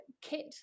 kit